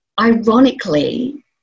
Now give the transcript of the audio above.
Ironically